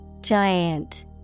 Giant